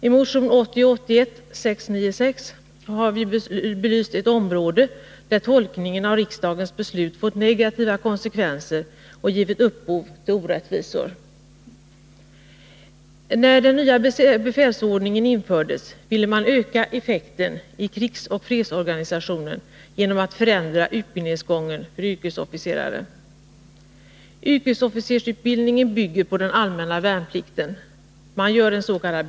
I motion 1980/81:696 har vi belyst ett område där tolkningen av riksdagens beslut fått negativa konsekvenser och givit upphov till orättvisa. När den nya befälsordningen infördes ville man öka effekten i krigsoch fredsorganisationen genom att förändra utbildningsgången för yrkesofficerare. Yrkesofficersutbildningen bygger på den allmänna värnplikten. Man gör ens.k.